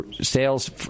sales